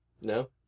No